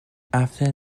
after